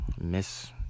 miss